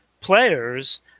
players